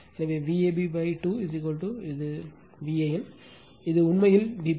எனவே Vab 2 இது Van இது உண்மையில் Vp